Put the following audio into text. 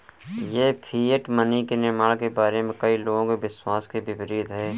यह fiat money के निर्माण के बारे में कई लोगों के विश्वास के विपरीत है